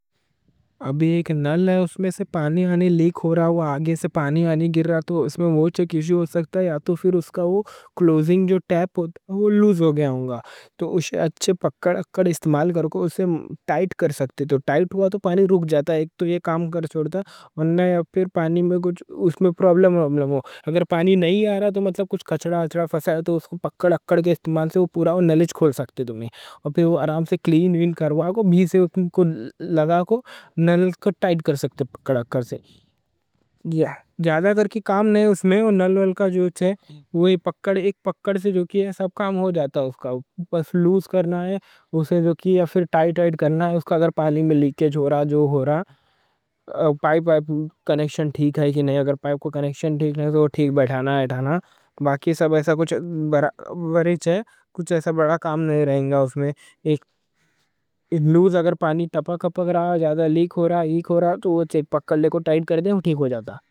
ابھی ایک نل ہے، اس میں سے پانی لیک ہو رہا۔ آگے سے پانی گر رہا۔ تو اس میں کچھ ایشو ہو سکتا، یا تو پھر اس کا وہ کلوزنگ جو ٹیپ ہوتا، وہ لوز ہو گیا ہوگا۔ تو اچھے پکڑ اکڑ استعمال کرو، اس سے ٹائٹ کر سکتے۔ ٹائٹ ہوا تو پانی رک جاتا، یہ کام کر چھوڑتا۔ ونہاں پھر پانی میں کچھ پرابلم ہو۔ اگر پانی نہیں آ رہا تو کچھ فس آیا، تو پکڑ اکڑ کے استعمال سے پورا نل کھول سکتے۔ اور پھر آرام سے کلین ون کروا کو، اس کو لگا کو، نل کو ٹائٹ کر سکتے پکڑ اکڑ سے۔ یہاں زیادہ تر ایسا کچھ بڑا کام نہیں رہے گا اس میں۔ وہ نل وال کا جو ہے، وہی پکڑ اکڑ سے جو کی سب کام ہو جاتا، بس لوز کرنا ہے یا پھر ٹائٹ کرنا ہے۔ اگر پانی میں لیکیج ہو رہا، پائپ کنیکشن ٹھیک ہے کی نہیں؟ اگر پائپ کنیکشن ٹھیک ہے تو وہ ٹھیک بٹھانا ہے۔ اگر پانی ٹپک رہا، زیادہ لیک ہو رہا تو پکڑ اکڑ سے ٹائٹ کر دیں، وہ ٹھیک ہو جاتا۔